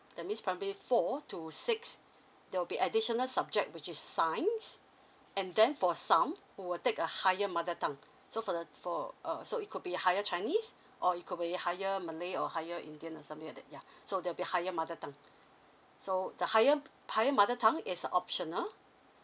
that means primary four to six there will be additional subject which is science and then for some who will take a higher mother tongue so for the for err so it could be higher chinese or it could be higher malay or higher indian or something like that yeah so there'll be higher mother tounge so the higher higher mother tongue is optional